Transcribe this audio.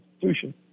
institution